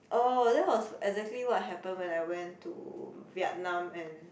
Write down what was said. oh that was exactly what happen when I went to Vietnam and